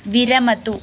विरमतु